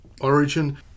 origin